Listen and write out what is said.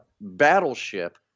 battleship